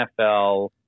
NFL